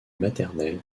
maternel